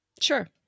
sure